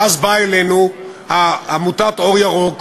ואז באה אלינו עמותת "אור ירוק",